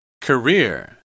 Career